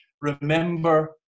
Remember